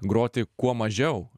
groti kuo mažiau